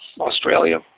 Australia